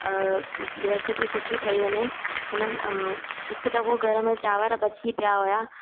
अ recipe सुठी ठही वञे उन अ हिक दफ़ो घर में चांवर बची पिया हुआ